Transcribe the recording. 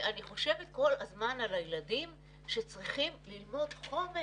ואני חושבת כל הזמן על הילדים שצריכים ללמוד חומר,